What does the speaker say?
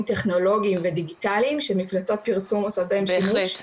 טכנולוגיים ודיגיטליים שמפלצות פרסום עושות בהם שימוש,